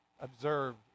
observed